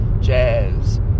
jazz